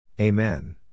Amen